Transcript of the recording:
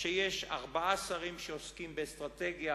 יש ארבעה שרים שעוסקים באסטרטגיה